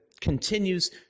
continues